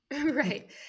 Right